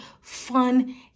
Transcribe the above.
fun